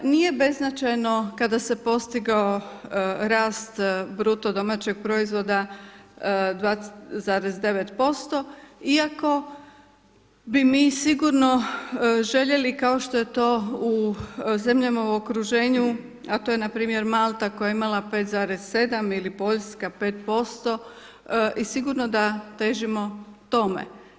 Nije beznačajno kada si postigao rast BDP 2,9% iako bi mi sigurno željeli kao što je to u zemljama u okruženju, a to je npr. Malta koja je imala 5,7 ili Poljska 5% i sigurno da težimo tome.